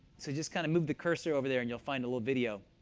so just kind of move the cursor over there, and you'll find a little video.